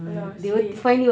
!alah! sedih